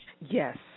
Yes